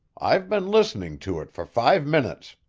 i've been listening to it for five minutes.